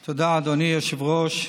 תודה, אדוני היושב-ראש.